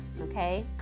okay